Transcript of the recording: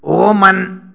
omen